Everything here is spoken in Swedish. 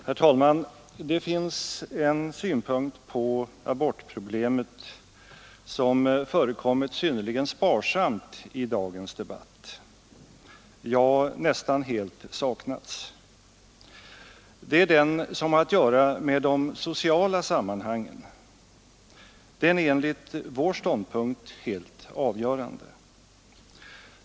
Herr talman! Det finns en synpunkt på abortproblemet som förekommit synnerligen sparsamt i dagens debatt, ja nästan helt saknats. Det är den som har att göra med de sociala sammanhangen. Den är enligt vår ståndpunkt helt avgörande.